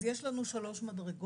אז יש לנו שלוש מדרגות.